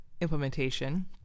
implementation